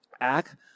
Act